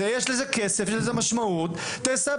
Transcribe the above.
יש לזה כסף ויש לזה משמעות תסבסדו,